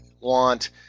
want